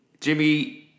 Jimmy